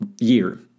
year